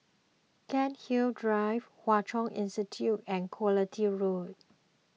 Cairnhill Drive Hwa Chong Institution and Quality Road